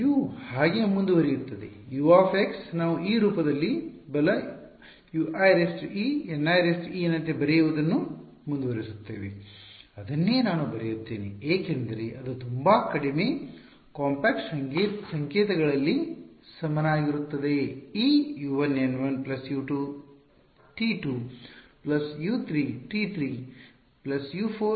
U ಹಾಗೇ ಮುಂದುವರಿಯುತ್ತದೆ U ನಾವು ಈ ರೂಪದಲ್ಲಿ ಬಲ UieNie ನಂತೆ ಬರೆಯುವುದನ್ನು ಮುಂದುವರಿಸುತ್ತೇವೆ ಅದನ್ನೇ ನಾನು ಬರೆಯುತ್ತೇನೆ ಏಕೆಂದರೆ ಇದು ತುಂಬಾ ಕಡಿಮೆ ಕಾಂಪ್ಯಾಕ್ಟ್ ಸಂಕೇತಗಳಲ್ಲಿ ಸಮನಾಗಿರುತ್ತದೆ ಈ U1N1 U2T2 U3T3 U4N 4